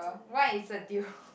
what is a deal